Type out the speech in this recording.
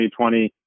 2020